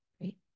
great